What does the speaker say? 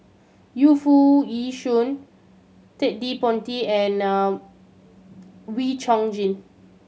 Yu Foo Yee Shoon Ted De Ponti and Wee Chong Jin